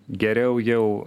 geriau jau